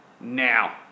now